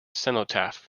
cenotaph